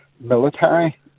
military